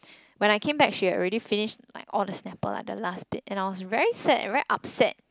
when I came back she had already finished like all the snapple like the last bit and I was very sad very upset